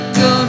go